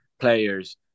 players